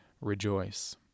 Rejoice